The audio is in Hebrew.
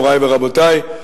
מורי ורבותי,